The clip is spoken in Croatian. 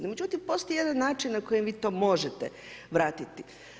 No, međutim, postoji jedan način na koji vi to možete vratiti.